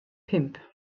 pump